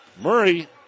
Murray